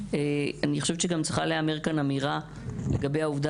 אני חושבת שצריכה גם להיאמר כאן אמירה לגבי העובדה